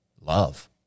love